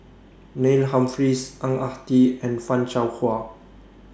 Neil Humphreys Ang Ah Tee and fan Shao Hua